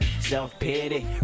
self-pity